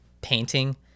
painting